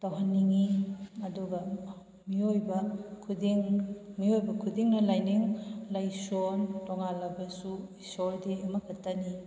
ꯇꯧꯍꯟꯅꯤꯡꯏ ꯑꯗꯨꯒ ꯃꯤꯑꯣꯏꯕ ꯈꯨꯗꯤꯡ ꯃꯤꯑꯣꯏꯕ ꯈꯨꯗꯤꯡꯅ ꯂꯥꯏꯅꯤꯡ ꯂꯥꯏꯁꯣꯟ ꯇꯣꯡꯉꯥꯜꯂꯕꯁꯨ ꯏꯁꯣꯔꯗꯤ ꯑꯃꯈꯛꯇꯅꯤ